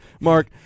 Mark